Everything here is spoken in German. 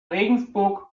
regensburg